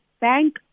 bank